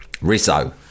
Rizzo